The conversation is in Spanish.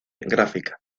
gráfica